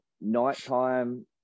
nighttime